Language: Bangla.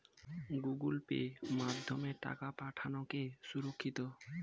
গুগোল পের মাধ্যমে টাকা পাঠানোকে সুরক্ষিত?